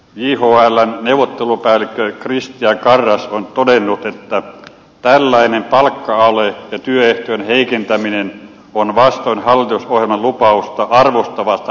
jhln neuvottelupäällikkö kristian karrasch on todennut että tällainen palkka ale ja työehtojen heikentäminen ovat vastoin hallitusohjelman lupauksia arvostavasta henkilöstöpolitiikasta